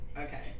Okay